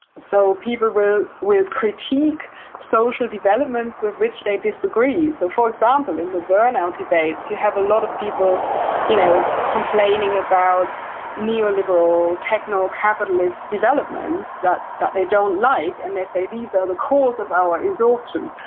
so, people will will critique social developments with which they disagree. so for example, in the burnout debates you have a lot of people you know complaining about neoliberal, techno capitalist developments that that they don't like, and they say these are the cause of our exhaustion.